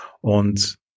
und